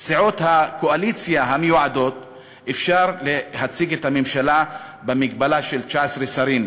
סיעות הקואליציה המיועדות אפשר להציג את הממשלה במגבלה של 19 שרים: